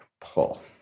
pull